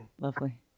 Lovely